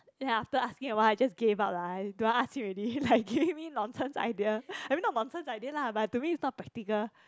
then after asking awhile I just gave up lah I don't want ask him already like giving me nonsense idea I mean not nonsense idea lah but to me is not practical